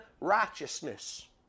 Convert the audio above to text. righteousness